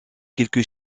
quelques